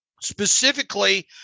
specifically